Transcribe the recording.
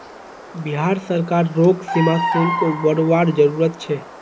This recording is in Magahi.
बिहार सरकार रोग सीमा शुल्क बरवार जरूरत छे